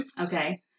okay